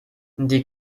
die